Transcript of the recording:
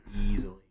easily